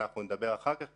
שנדבר אחר כך,